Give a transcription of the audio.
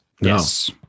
Yes